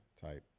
Type